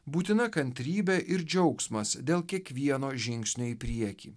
būtina kantrybė ir džiaugsmas dėl kiekvieno žingsnio į priekį